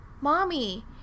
Mommy